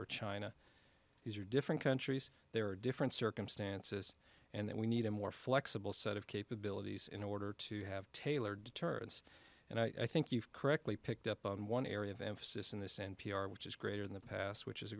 or china these are different countries there are different circumstances and that we need a more flexible set of capabilities in order to have tailored deterrence and i think you've correctly picked up on one area of emphasis in this n p r which is greater in the past which is a